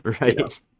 Right